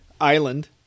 island